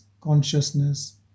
consciousness